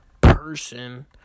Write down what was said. person